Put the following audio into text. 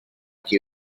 qui